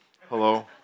Hello